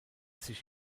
sich